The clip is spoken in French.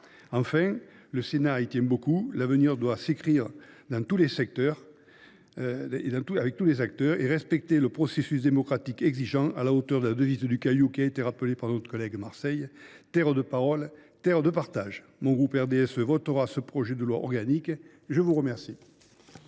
Enfin, le Sénat y tient beaucoup : l’avenir doit s’écrire avec tous les acteurs et respecter le processus démocratique exigeant, à la hauteur de la devise du Caillou qui a été rappelée par notre collègue Hervé Marseille : terre de parole, terre de partage. Le groupe du Rassemblement Démocratique et Social